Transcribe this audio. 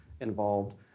involved